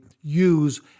use